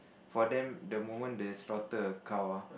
for them the moment they slaughter a cow ah